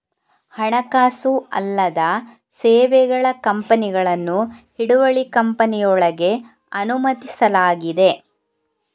ಹಣಕಾಸು ಅಲ್ಲದ ಸೇವೆಗಳ ಕಂಪನಿಗಳನ್ನು ಹಿಡುವಳಿ ಕಂಪನಿಯೊಳಗೆ ಅನುಮತಿಸಲಾಗಿದೆ